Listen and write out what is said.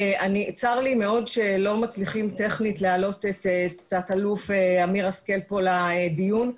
צר לי מאוד שלא מצליחים טכנית להעלות את תת-אלוף אמיר השכל לדיון.